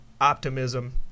optimism